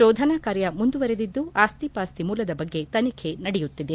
ಶೋಧನಾ ಕಾರ್ಯ ಮುಂದುವರೆದಿದ್ದು ಆಸ್ತಿ ಪಾಸ್ತಿ ಮೂಲದ ಬಗ್ಗೆ ತನಿಖೆ ನಡೆಯುತ್ತಿದೆ